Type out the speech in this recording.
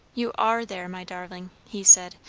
you are there, my darling, he said,